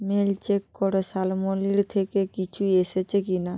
mail check করো শালমলীর থেকে কিছু এসেছে কি না